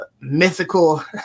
mythical